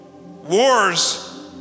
wars